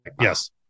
Yes